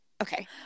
Okay